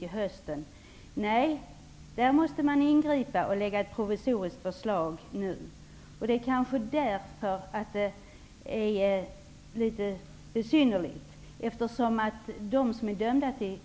Nej, i fråga om detta måste man ingripa och nu lägga fram ett provisoriskt förslag. Det kanske är därför som det är litet besynnerligt, eftersom de som är dömda till